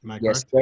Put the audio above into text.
Yes